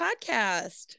Podcast